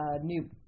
new